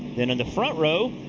then on the front row,